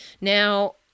now